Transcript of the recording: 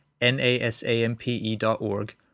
nasampe.org